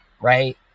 Right